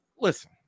listen